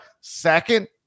second